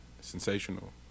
sensational